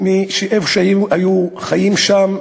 מהמקום שהם היו חיים בו,